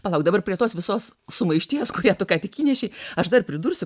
palauk dabar prie tos visos sumaišties kurią tu ką tik įnešei aš dar pridursiu